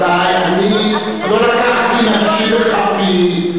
רבותי, רבותי, אני לא לקחתי נפשי בכפי.